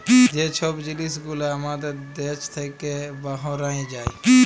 যে ছব জিলিস গুলা আমাদের দ্যাশ থ্যাইকে বাহরাঁয় যায়